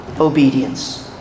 obedience